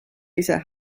ise